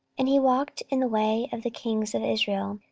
and he walked in the way of the kings of israel,